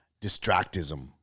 distractism